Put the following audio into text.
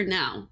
now